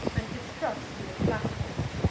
and distrust your flatterers.